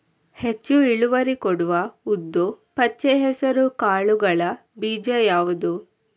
ಹೆಚ್ಚು ಇಳುವರಿ ಕೊಡುವ ಉದ್ದು, ಪಚ್ಚೆ ಹೆಸರು ಕಾಳುಗಳ ಬೀಜ ಯಾವುದು?